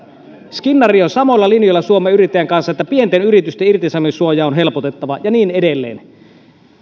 skinnari on samoilla linjoilla suomen yrittäjien kanssa että pienten yritysten irtisanomissuojaa on helpotettava ja niin edelleen